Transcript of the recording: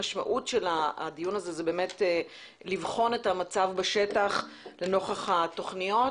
המשמעות של הדיון הזה היא לבחון את המצב בשטח נוכח התוכניות